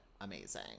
amazing